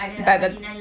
takde